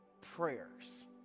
prayers